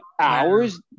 hours